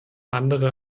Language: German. andere